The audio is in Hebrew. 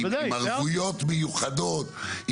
עם ערבויות מיוחדות,